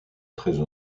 treize